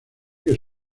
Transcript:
que